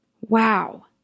wow